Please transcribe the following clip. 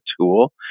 tool